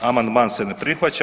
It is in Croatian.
Amandman se ne prihvaća.